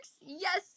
yes